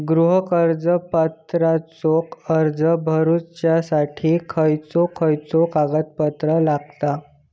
गृह कर्ज पात्रतेचो अर्ज भरुच्यासाठी खयचे खयचे कागदपत्र लागतत?